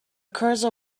cursor